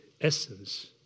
essence